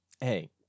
hey